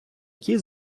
якій